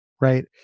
right